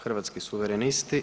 Hrvatski suverenisti.